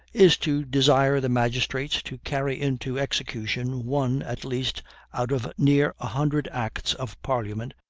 is to desire the magistrates to carry into execution one at least out of near a hundred acts of parliament,